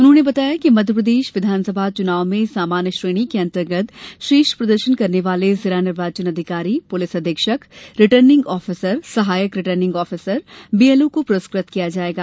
उन्होंने बताया कि मध्यप्रदेश विधानसभा चुनाव में सामान्य श्रेणी के अंतर्गत श्रेष्ठ प्रदर्शन करने वाले जिला निर्वाचन अधिकारी पुलिस अधीक्षक रिटर्निंग ऑफिसर सहायक रिटर्निंग ऑफिसर बीएलओ को पुरस्कृत किया जायेगा